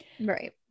Right